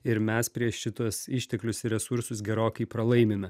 ir mes prieš šituos išteklius ir resursus gerokai pralaimime